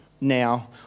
now